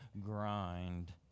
grind